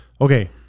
Okay